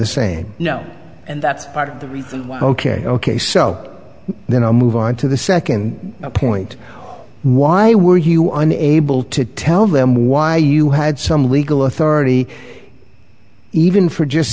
the same no and that's part of the reason why ok ok so then i'll move on to the second point why were you on able to tell them why you had some legal authority even for just